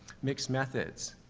mixed methods,